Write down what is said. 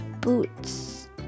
boots